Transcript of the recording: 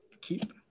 Keep